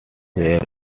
were